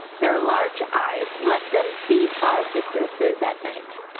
their large eyes let them see far distances at night.